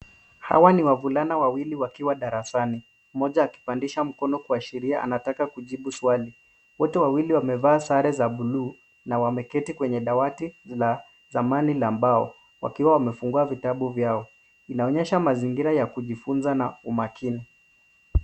Hawa ni wavulana wawili wakiwa darasani, mmoja akipandisha mkono kuashiria anataka kujibu swali. Wote wawili wamevaa sare za buluu, na wameketi kwenye dawati la zamani la mbao, wakiwa wamefungua vitabu vyao. Inaonyesha mazingira ya kujifunza na umakini.